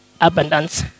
abundance